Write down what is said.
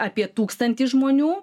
apie tūkstantį žmonių